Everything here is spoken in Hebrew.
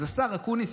אז השר אקוניס,